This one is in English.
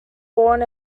born